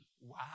Wow